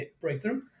breakthrough